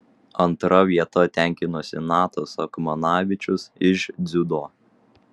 antra vieta tenkinosi natas akmanavičius iš dziudo